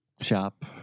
shop